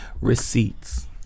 receipts